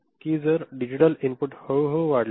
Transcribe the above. कि जर digital input हळूहळू वाढले